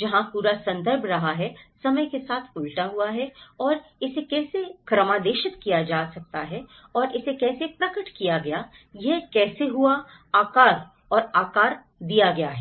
जहां पूरा संदर्भ रहा है समय के साथ उलटा हुआ और इसे कैसे क्रमादेशित किया गया और इसे कैसे प्रकट किया गया यह कैसे हुआ आकार और आकार दिया गया है